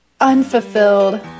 unfulfilled